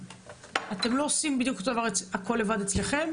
רט"ג לא עושה אותו הדבר בשטחים שלה?